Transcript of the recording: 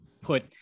put